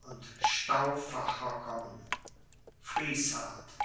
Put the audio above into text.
und stauffacher kommen friesshardt